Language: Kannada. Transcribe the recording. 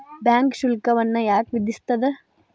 ಬ್ಯಾಂಕ್ ಶುಲ್ಕವನ್ನ ಯಾಕ್ ವಿಧಿಸ್ಸ್ತದ?